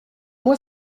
moi